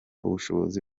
ubushobozi